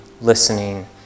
listening